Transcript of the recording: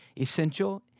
essential